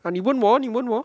ah 你问我你问我